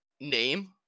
name